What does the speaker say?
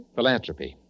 Philanthropy